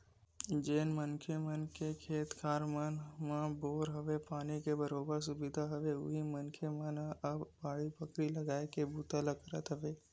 जेन मनखे मन के खेत खार मन म बोर हवय, पानी के बरोबर सुबिधा हवय उही मनखे मन ह अब बाड़ी बखरी लगाए के बूता ल करत हवय